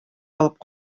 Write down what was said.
алып